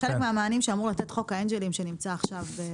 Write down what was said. זה חלק מהמענים שאמור לתת חוק האנג'לים שנמצא עכשיו.